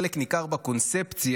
חלק ניכר בקונספציה,